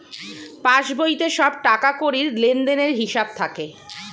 পাসবইতে সব টাকাকড়ির লেনদেনের হিসাব থাকে